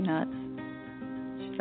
nuts